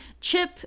Chip